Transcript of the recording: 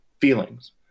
Feelings